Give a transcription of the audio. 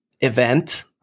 event